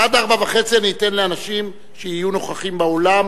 עד 16:30 אני אתן לאנשים שיהיו נוכחים באולם